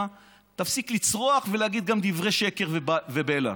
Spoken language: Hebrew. ותפסיק לצרוח ולהגיד גם דברי שקר ובלע.